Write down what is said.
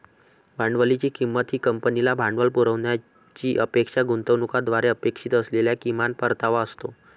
भांडवलाची किंमत ही कंपनीला भांडवल पुरवण्याची अपेक्षा गुंतवणूकदारांना अपेक्षित असलेला किमान परतावा असतो